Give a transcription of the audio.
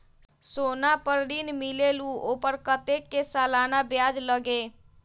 सोना पर ऋण मिलेलु ओपर कतेक के सालाना ब्याज लगे?